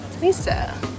Lisa